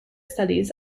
studies